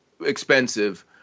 expensive